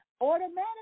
automatically